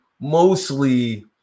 mostly